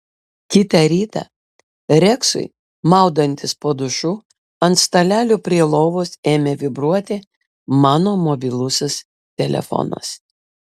kitą rytą reksui maudantis po dušu ant stalelio prie lovos ėmė vibruoti mano mobilusis telefonas